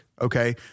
okay